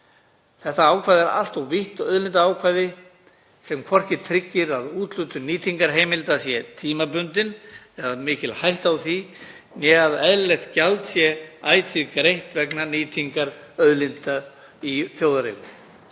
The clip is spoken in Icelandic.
Þetta er allt of vítt auðlindaákvæði sem hvorki tryggir að úthlutun nýtingarheimilda sé tímabundin, eða mikil hætta á því, né að eðlilegt gjald sé ætíð greitt vegna nýtingar auðlinda í þjóðareigu.